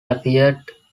appeared